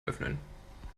öffnen